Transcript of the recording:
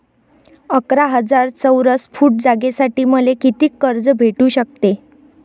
अकरा हजार चौरस फुट जागेसाठी मले कितीक कर्ज भेटू शकते?